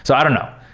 so i don't know.